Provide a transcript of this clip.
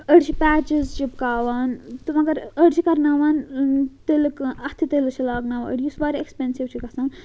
أڑۍ چھِ پیچِز چِپکاوان تہٕ مگر أڑۍ چھِ کَرناوان تِلہٕ اَتھٕ تِلہٕ چھِ لاگناوان أڑۍ یُس واریاہ ایٚکسپیٚنسِو چھُ گَژھان